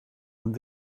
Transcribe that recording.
een